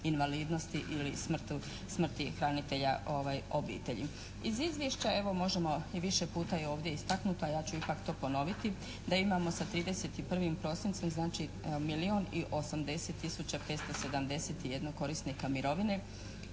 invalidnosti ili smrti hranitelja obitelji. Iz izvješća evo možemo i više puta je ovdje istaknuto, a ja ću ipak to ponoviti, da imamo sa 31. prosincem, znači milijun i 80 tisuća 571 korisnika mirovine